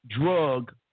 drug